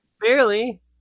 Barely